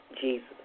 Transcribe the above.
Jesus